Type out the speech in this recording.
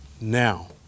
Now